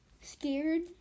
scared